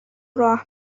راه